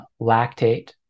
lactate